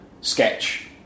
sketch